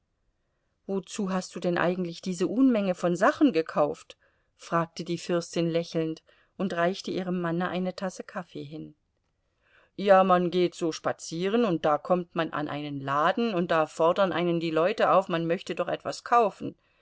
wozu hast du denn eigentlich diese unmenge von sachen gekauft fragte die fürstin lächelnd und reichte ihrem manne eine tasse kaffee hin ja man geht so spazieren und da kommt man an einen laden und da fordern einen die leute auf man möchte doch etwas kaufen